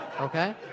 okay